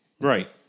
right